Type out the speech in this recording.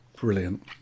Brilliant